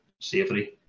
safely